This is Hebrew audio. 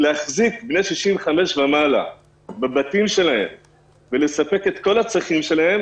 להחזיק בני 65 ומעלה בבתים שלהם ולספק את כל הצרכים שלהם